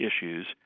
issues